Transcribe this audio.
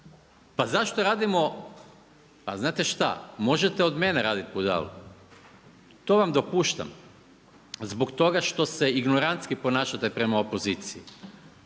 Pa zašto radimo, pa znate šta, možete od mene raditi budalu, to vam dopuštam, zbog toga što se ignoranski ponašate prema opoziciji,